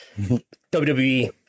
WWE